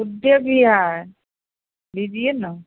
good day भी है लीजिए ना